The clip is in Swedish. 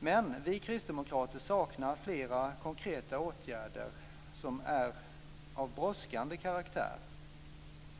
Men vi kristdemokrater saknar flera konkreta åtgärder, som är av brådskande karaktär: